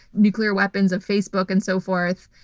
nuclear weapons of facebook and so forth.